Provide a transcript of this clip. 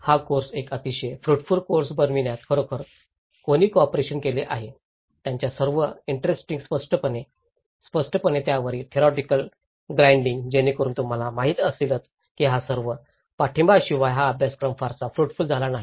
हा कोर्स एक अतिशय फ्रुटफुल कोर्स बनविण्यात खरोखरच कोणी कोपरेशन केले आहे त्याच्या सर्व इंटरेस्टिंग स्पष्टीकरणे स्पष्टीकरणे त्यावरील थेरिओटिकेल ग्राइंडिंग जेणेकरून तुम्हाला माहित असेलच की हा सर्व पाठिंबाशिवाय हा अभ्यासक्रम फारसा फ्रुटफुल झाला नाही